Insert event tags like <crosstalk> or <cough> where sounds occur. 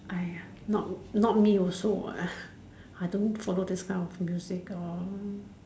!aiya! not not me also what <breath> I don't follow this kind of music or